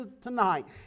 tonight